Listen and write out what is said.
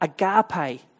agape